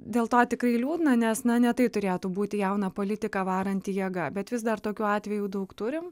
dėl to tikrai liūdna nes na ne tai turėtų būti jauną politiką varanti jėga bet vis dar tokių atvejų daug turim